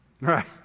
Right